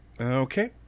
okay